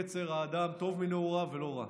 יצר האדם טוב מנעוריו ולא רע.